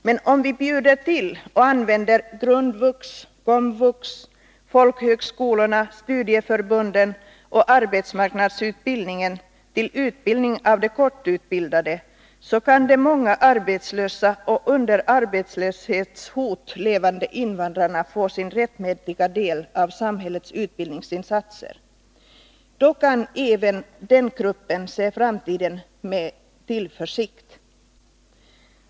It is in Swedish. Men om vi bjuder till och använder Grundvux, Komvux, folkhögskolorna, studieförbunden och arbetsmarknadsutbildningen för de korttidsutbildade, så kan de många arbetslösa och de under arbetslöshetshot levande invandrarna få sin rättmätiga del av samhällets utbildningsinsatser. Då kan även dessa grupper se framtiden an med tillförsikt.